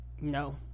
no